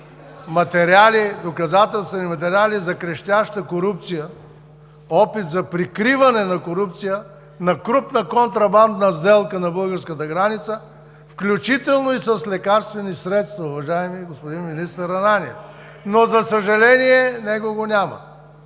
премиера доказателствени материали за крещяща корупция, опит за прикриване на корупция на крупна контрабандна сделка на българската граница, включително и с лекарствени средства, уважаеми господин министър Ананиев, но за съжаление него го няма.